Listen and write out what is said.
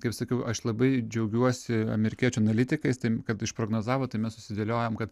kaip sakiau aš labai džiaugiuosi amerikiečių analitikais tai kad išprognozavo tai mes susidėliojom kad